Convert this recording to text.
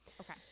Okay